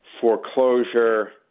foreclosure